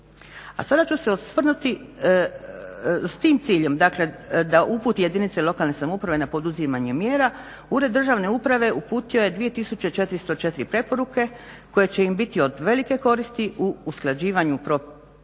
sada ću se osvrnuti, s tim ciljem dakle da uputi jedinice lokalne samouprave na poduzimanje mjera Ured državne uprave uputio je 2404 preporuke koje će im biti od velike koristi u usklađivanju poslovanja